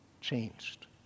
changed